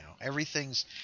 Everything's